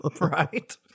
Right